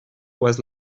was